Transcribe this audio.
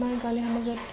আমাৰ গাঁৱলীয়া সমাজত